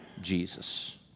Jesus